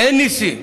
ניסים.